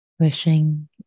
Wishing